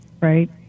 right